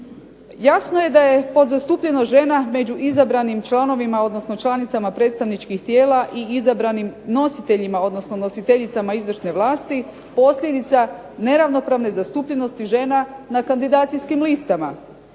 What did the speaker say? Jasno je da je pod zastupljenost žena među izabranim članovima odnosno članicama predstavničkih tijela i izabranim nositeljima odnosno nositeljicama izvršne vlasti posljedica neravnomjerne zastupljenosti žena na kandidacijskim listama.